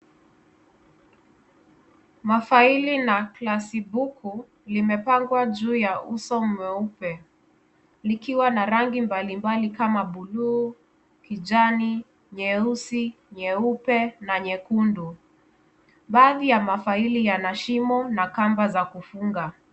Mafaili na glasi buku limepangwa juu ya uso mweupe likiwa na rangi mbalimbali kama bulu, kijani, nyeusi, nyeupe na nyekundu, baadhi ya mafaili yana shimo na kamba za kufunga.